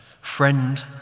Friend